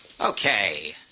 Okay